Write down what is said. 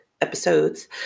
episodes